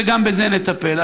וגם בזה נטפל,